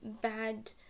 bad